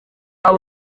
abo